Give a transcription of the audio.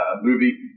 movie